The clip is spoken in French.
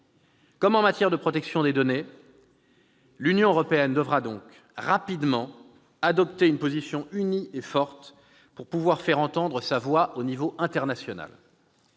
Comme en matière de protection des données, l'Union européenne devra donc, rapidement, adopter une position unie et forte afin de pouvoir faire entendre sa voix au niveau international.